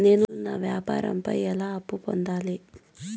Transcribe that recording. నేను నా వ్యాపారం పై ఎలా అప్పు పొందాలి?